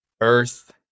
earth